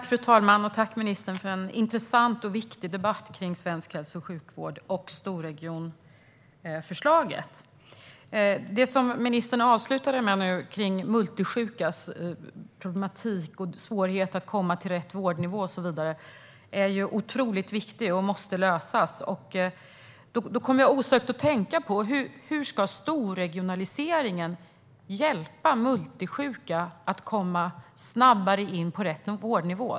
Fru talman! Tack, ministern, för en intressant och viktig debatt om svensk hälso och sjukvård samt storregionförslaget! Det som ministern avslutade med om multisjukas problematik och svårighet att komma till rätt vårdnivå är otroligt viktigt. Det måste man komma till rätta med. Då kommer jag osökt att tänka på: Hur ska storregionaliseringen hjälpa multisjuka att snabbare komma in på rätt vårdnivå?